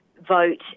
vote